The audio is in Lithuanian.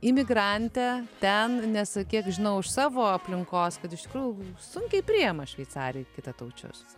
imigrante ten nes kiek žinau iš savo aplinkos kad iš tikrųjų sunkiai priima šveicarijoj kitataučius